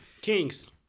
Kings